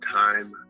time